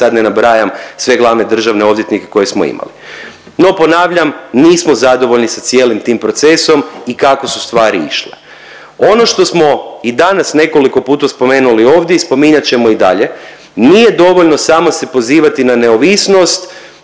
sad ne nabrajam sve glavne državne odvjetnike koje smo imali. No ponavljam, nismo zadovoljni sa cijelim tim procesom i kako su stvari išle. Ono što smo i danas nekoliko puta spomenuli ovdje i spominjat ćemo i dalje, nije dovoljno samo se pozivati na neovisnost